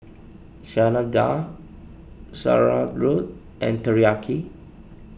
Chana Dal Sauerkraut and Teriyaki